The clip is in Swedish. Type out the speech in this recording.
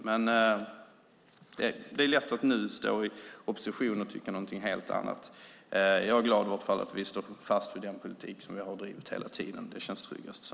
Det är dock lätt att nu stå i opposition och tycka något helt annat. Jag är i varje fall glad att vi står fast vid den politik vi har drivit hela tiden. Det känns tryggast så.